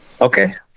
okay